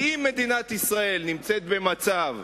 כי אם מדינת ישראל נמצאת במצב,